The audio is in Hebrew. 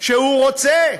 שהוא רוצה.